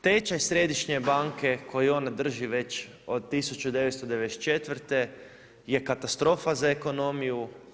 Tečaj središnje banke koji ona drži već od 1994. je katastrofa za ekonomiju.